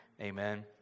Amen